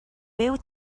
byw